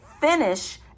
finish